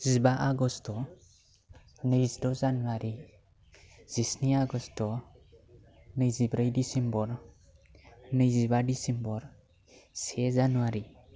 जिबा आगष्ट नैजिद' जानुवारी जिस्नि आगष्ट नैजिब्रै डिसेम्बर नैजिबा डिसेम्बर से जानुवारी